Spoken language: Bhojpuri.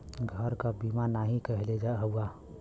घर क बीमा नाही करइले हउवा